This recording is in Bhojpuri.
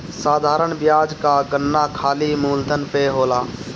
साधारण बियाज कअ गणना खाली मूलधन पअ होला